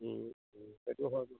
সেইটো হয়